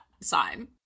sign